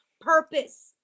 purpose